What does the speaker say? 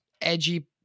edgy